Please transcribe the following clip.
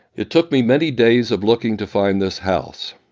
it took me many days of looking to find this house.